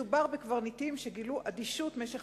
מדובר בקברניטים שגילו אדישות במשך